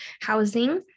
housing